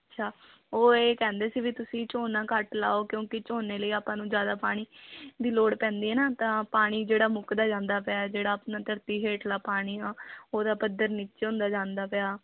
ਅੱਛਾ ਉਹ ਇਹ ਕਹਿੰਦੇ ਸੀ ਵੀ ਤੁਸੀਂ ਝੋਨਾ ਘੱਟ ਲਾਓ ਕਿਉਂਕਿ ਝੋਨੇ ਲਈ ਆਪਾਂ ਨੂੰ ਜ਼ਿਆਦਾ ਪਾਣੀ ਦੀ ਲੋੜ ਪੈਂਦੀ ਹੈ ਨਾ ਤਾਂ ਪਾਣੀ ਜਿਹੜਾ ਮੁੱਕਦਾ ਜਾਂਦਾ ਪਿਆ ਜਿਹੜਾ ਆਪਣਾ ਧਰਤੀ ਹੇਠਲਾ ਪਾਣੀ ਆ ਉਹਦਾ ਪੱਧਰ ਨੀਚੇ ਹੁੰਦਾ ਜਾਂਦਾ ਪਿਆ